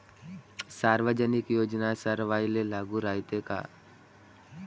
सामाजिक योजना सर्वाईले लागू रायते काय?